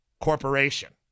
Corporation